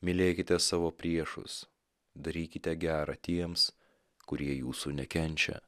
mylėkite savo priešus darykite gera tiems kurie jūsų nekenčia